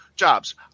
jobs